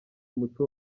umuco